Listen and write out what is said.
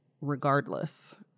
regardless